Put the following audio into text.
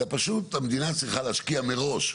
אלא פשוט המדינה צריכה להשקיע מראש.